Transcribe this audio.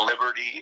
Liberty